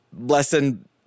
lesson